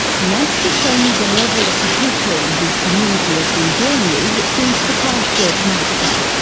he wants to show me the level of hatred his community has been dealing with since the christchurch massacre.